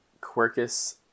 Quercus